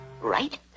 right